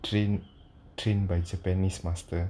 train train by japanese master